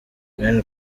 ben